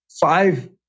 five